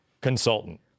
consultant